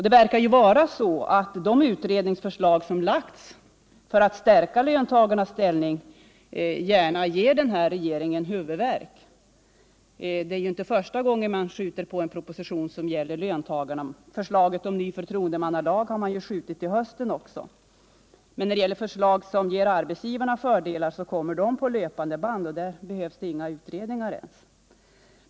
Det verkar vara så att de utredningsförslag som lagts fram om stärkande av löntagarnas ställning gärna ger den nuvarande regeringen huvudvärk. Det är inte första gången som regeringen skjuter på en proposition som gäller löntagarna. Förslaget om ny förtroendemannalag har regeringen skjutit upp till hösten. Men när det gäller förslag som ger arbetarsgivarna fördelar, så kommer de på löpande band. Där behövs det inga utredningar ens.